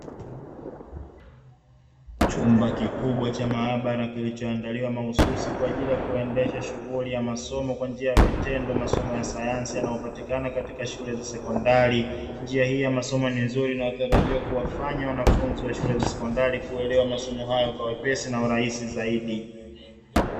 Chumba kikubwa cha maabara kilichoondaliwa mahususi kwa ajili ya kuendesha shughuli ya masomo kwa njia ya vitendo, masomo ya sayansi yanayopatikana katika shule za sekondari. Njia hii ya masomo ni nzuri inayotarajiwa kuwafanya wanafunzi wa shule za sekondari kuelewa masomo hayo kwa wepesi na urahisi zaidi.